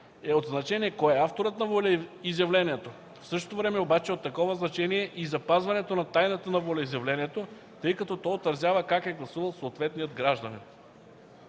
е от значение кой е авторът на волеизявлението. В същото време, обаче от такова значение е и запазването на тайната на волеизявлението, тъй като то отразява как е гласувал съответният гражданин.